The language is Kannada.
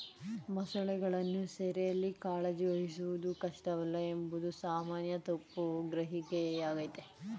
ಮೊಸಳೆಗಳನ್ನು ಸೆರೆಯಲ್ಲಿ ಕಾಳಜಿ ವಹಿಸುವುದು ಕಷ್ಟವಲ್ಲ ಎಂಬುದು ಸಾಮಾನ್ಯ ತಪ್ಪು ಗ್ರಹಿಕೆಯಾಗಯ್ತೆ